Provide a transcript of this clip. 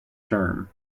term